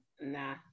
nah